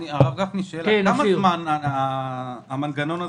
כמה זמן קיים מנגנון הסבסוד?